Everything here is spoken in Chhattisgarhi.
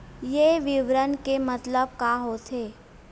ये विवरण के मतलब का होथे?